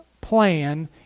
plan